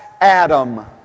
Adam